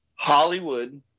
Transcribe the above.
Hollywood